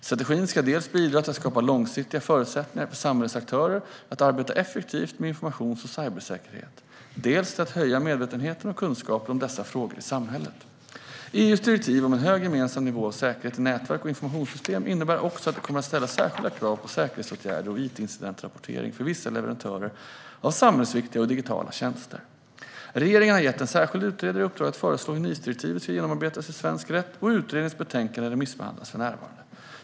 Strategin ska bidra dels till att skapa långsiktiga förutsättningar för samhällets aktörer att arbeta effektivt med informations och cybersäkerhet, dels till att höja medvetenheten och kunskapen om dessa frågor i samhället. EU:s direktiv om en hög gemensam nivå av säkerhet i nätverk och informationssystem innebär också att det kommer att ställas särskilda krav på säkerhetsåtgärder och it-incidentrapportering för vissa leverantörer av samhällsviktiga och digitala tjänster. Regeringen har gett en särskild utredare i uppdrag att föreslå hur NIS-direktivet ska genomföras i svensk rätt, och utredningens betänkande remissbehandlas för närvarande.